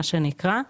מה שנקרא,